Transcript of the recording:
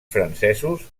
francesos